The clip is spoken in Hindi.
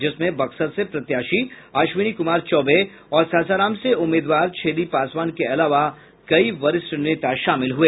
जिसमें बक्सर से प्रत्याशी अश्विनी कुमार चौबे और सासाराम से उम्मीदवार छेदी पासवान के अलावा कई वरिष्ठ नेता शामिल हुए